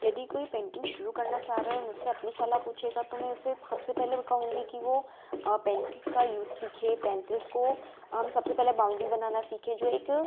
यदि कोई पेंटिंग शुरू करना चाह रहा है और मुससे अपनी सलाह पूछेगा तो मैं उसे सबसे पहले मैं कहूँगी कि वह पेन्सिल्स का यूज़ सीखे पेन्सिल्स को हम सबसे पहले बाउंड्री बनाना सीखें जो एक